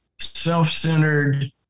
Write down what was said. self-centered